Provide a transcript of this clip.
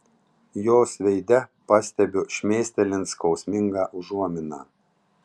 jos veide pastebiu šmėstelint skausmingą užuominą